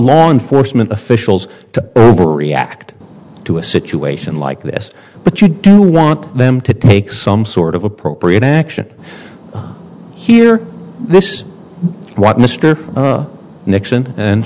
law enforcement officials to react to a situation like this but you do want them to take some sort of appropriate action here this mr nixon